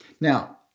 Now